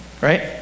Right